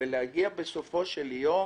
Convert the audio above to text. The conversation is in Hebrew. ולהגיע בסופו של יום